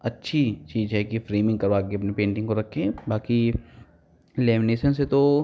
अच्छी चीज है कि फ़्रेमिंग करवा के अपनी पेन्टिंग को रखें बाकी लेमिनेसन से तो